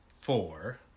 four